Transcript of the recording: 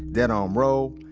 dead arm row.